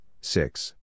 six